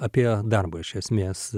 apie darbo iš esmės